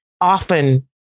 often